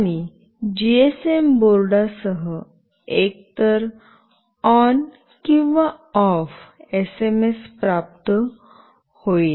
आणि जीएसएम बोर्डासह एकतर ऑन किंवा ऑफ एसएमएस प्राप्त होईल